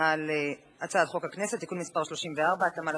על הצעת חוק הכנסת (תיקון מס' 34) (התאמה לחוק-יסוד: